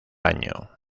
año